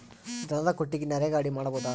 ದನದ ಕೊಟ್ಟಿಗಿ ನರೆಗಾ ಅಡಿ ಮಾಡಬಹುದಾ?